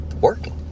working